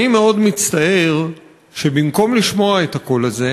אני מאוד מצטער שבמקום לשמוע את הקול הזה,